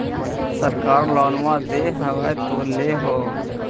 सरकार लोन दे हबै तो ले हो?